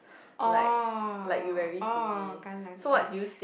oh oh okay